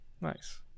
nice